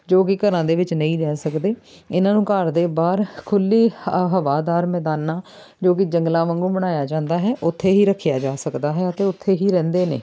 ਜੋ ਕਿ ਘਰਾਂ ਦੇ ਵਿੱਚ ਨਹੀਂ ਰਹਿ ਸਕਦੇ ਇਹਨਾਂ ਨੂੰ ਘਰ ਦੇ ਬਾਹਰ ਖੁੱਲ੍ਹੇ ਹਵਾਦਾਰ ਮੈਦਾਨਾਂ ਜੋ ਕਿ ਜੰਗਲਾਂ ਵਾਂਗੂੰ ਬਣਾਇਆ ਜਾਂਦਾ ਹੈ ਉੱਥੇ ਹੀ ਰੱਖਿਆ ਜਾ ਸਕਦਾ ਹੈ ਅਤੇ ਉੱਥੇ ਹੀ ਰਹਿੰਦੇ ਨੇ